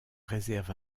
réserve